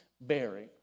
bearing